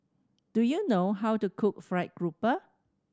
do you know how to cook fried grouper